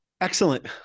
Excellent